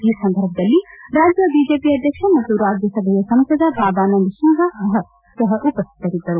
ಈ ಸಂದರ್ಭದಲ್ಲಿ ರಾಜ್ಯ ಬಿಜೆಪಿ ಅಧ್ಯಕ್ಷ ಮತ್ತು ರಾಜ್ಯ ಸಭೆಯ ಸಂಸದ ಭಾಬಾನಂದ ಸಿಂಗ್ ಸಹ ಉಪಸ್ಥಿತರಿದ್ದರು